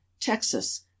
Texas